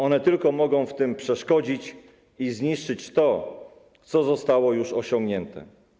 One tylko mogą w tym przeszkodzić i zniszczyć to, co zostało już osiągnięte.